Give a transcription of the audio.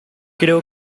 creo